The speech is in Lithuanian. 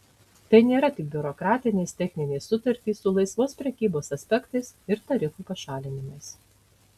tai nėra tik biurokratinės techninės sutartys su laisvos prekybos aspektais ir tarifų pašalinimais